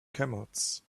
camels